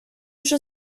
вже